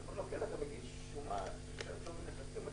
אמרנו לו איך אתה מגיש שומה על 6